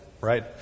right